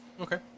Okay